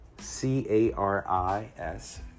c-a-r-i-s